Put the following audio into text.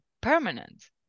permanent